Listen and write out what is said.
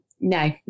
no